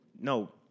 No